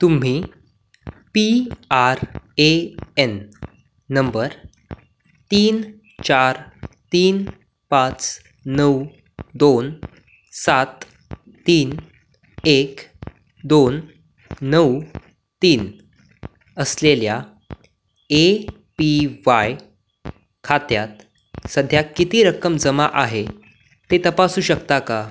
तुम्ही P R A N number तीन चार तीन पाच नऊ दोन सात तीन एक दोन नऊ तीन असलेल्या ए पी वाय खात्यात सध्या किती रक्कम जमा आहे ते तपासू शकता का